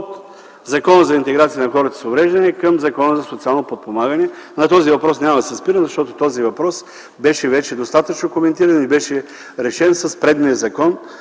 от Закона за интеграция на хората с увреждания към Закона за социално подпомагане. На този въпрос няма да се спирам, защото той беше достатъчно коментиран и решен с предния закон